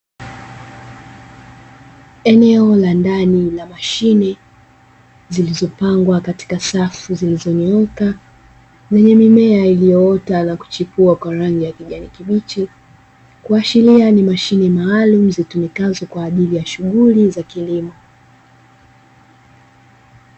Eneo la ndani la mashine, zilizopangwa katika safu zilizonyooka, lenye mimea iliyoota na kuchipua kwa rangi ya kijani kibichi. Kuashiria ni mashine maalumu zitumikazo kwa ajili ya shughuli za kilimo.